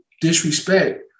disrespect